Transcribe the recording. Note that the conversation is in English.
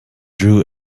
drew